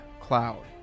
cloud